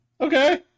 Okay